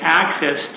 access